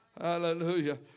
Hallelujah